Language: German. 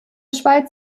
schweiz